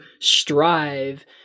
strive